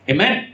Amen